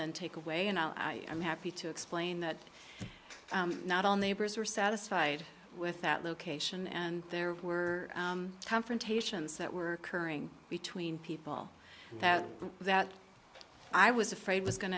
then take away and i am happy to explain that not all neighbors were satisfied with that location and there were confrontations that were occurring between people and that that i was afraid was going